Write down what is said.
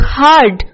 hard